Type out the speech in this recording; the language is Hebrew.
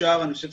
אני חושב